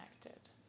connected